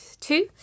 two